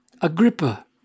Agrippa